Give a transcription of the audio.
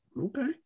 okay